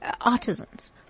artisans